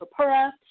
Papura